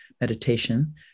meditation